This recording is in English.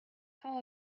how